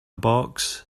box